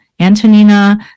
Antonina